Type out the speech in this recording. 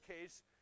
case